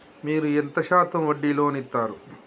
మీరు ఎంత శాతం వడ్డీ లోన్ ఇత్తరు?